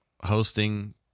hosting